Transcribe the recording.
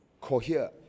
cohere